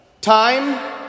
time